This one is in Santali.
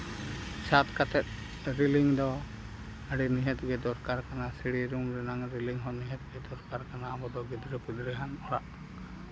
ᱥᱟᱵ ᱠᱟᱛᱮ ᱨᱮᱞᱤᱝ ᱫᱚ ᱟᱹᱰᱤ ᱱᱤᱦᱟᱹᱛ ᱜᱮ ᱫᱚᱨᱠᱟᱨ ᱠᱟᱱᱟ ᱥᱤᱲᱤ ᱨᱩᱢ ᱨᱮᱱᱟᱜ ᱨᱮᱞᱤᱝ ᱦᱚᱸ ᱱᱤᱦᱟᱹᱛ ᱜᱮ ᱫᱚᱨᱠᱟᱨ ᱠᱟᱱᱟ ᱟᱵᱚ ᱫᱚ ᱜᱤᱫᱽᱨᱟᱹ ᱯᱤᱫᱽᱨᱟᱹᱣᱟᱱ ᱚᱲᱟᱜ